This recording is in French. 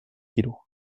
kilos